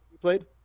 played